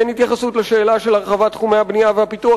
אין התייחסות לשאלה של הרחבת תחומי הבנייה והפיתוח